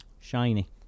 shiny